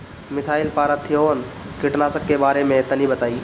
Methyl parathion कीटनाशक के बारे में तनि बताई?